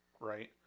right